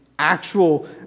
actual